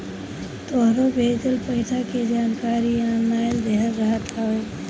तोहरो भेजल पईसा के जानकारी ऑनलाइन देहल रहत हवे